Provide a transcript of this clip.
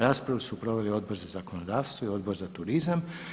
Rasprava su proveli Odbor za zakonodavstvo i Odbor za turizam.